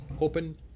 open